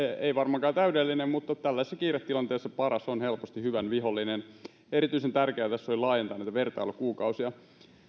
ei varmaankaan täydellinen mutta tällaisessa kiiretilanteessa paras on helposti hyvän vihollinen erityisen tärkeää tässä oli laajentaa näitä vertailukuukausia